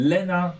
Lena